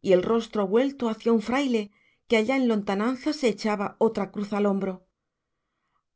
y el rostro vuelto hacia un fraile que allá en lontananza se echaba otra cruz al hombro